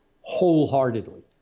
wholeheartedly